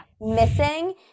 missing